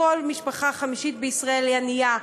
כל משפחה חמישית בישראל היא ענייה.